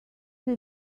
they